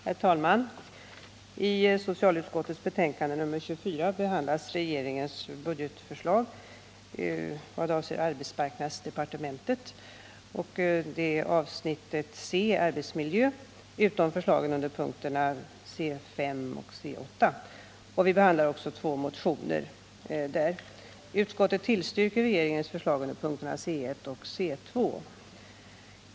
Herr talman! I socialutskottets betänkande nr 24 behandlas regeringens budgetförslag i vad det avser arbetsmarknadsdepartementet, avsnitt C. Arbetsmiljö, utom förslagen under punkterna C 5—C 8. Vi behandlar också två motioner. Utskottet tillstyrker regeringens förslag under punkterna C 1 och C2.